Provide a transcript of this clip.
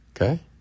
Okay